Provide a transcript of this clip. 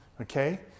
okay